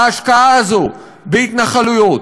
ההשקעה הזו בהתנחלויות,